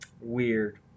weird